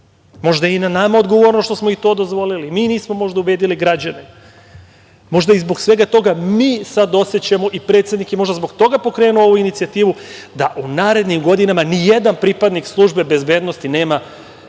je i na nama odgovornost što smo im to dozvolili, mi možda nismo ubedili građane, možda i zbog svega toga mi sad osećamo i predsednik je možda zbog toga pokrenuo tu inicijativu da u narednim godinama ni jedan pripadnik službe bezbednosti nema